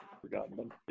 Forgotten